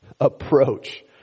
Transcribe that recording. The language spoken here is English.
approach